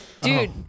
dude